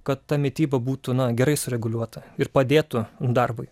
kad ta mityba būtų gerai sureguliuota ir padėtų darbui